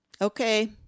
Okay